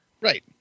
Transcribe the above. Right